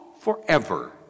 Forever